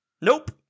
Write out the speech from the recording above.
Nope